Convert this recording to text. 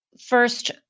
First